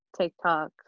TikTok